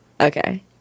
Okay